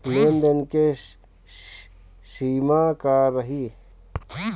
लेन देन के सिमा का रही?